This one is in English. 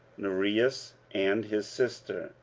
nereus, and his sister,